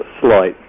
slight